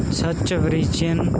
ਸੱਚਵਰੀਚਿਅਨ